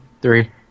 Three